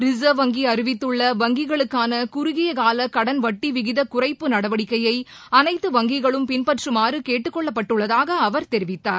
reserve வங்கி அறிவித்துள்ள வங்கிகளுக்கான குறுகியகால கடன் வட்டி விகிதக் குறைப்பு நடவடிக்கையை அனைத்து வங்கிகளும் பின்பற்றுமாறு கேட்டுக் கொள்ளப்பட்டுள்ளதாக அவர் தெரிவித்தார்